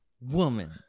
woman